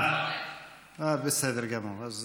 בסדר גמור.